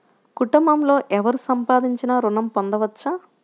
కుటుంబంలో ఎవరు సంపాదించినా ఋణం పొందవచ్చా?